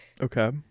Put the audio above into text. Okay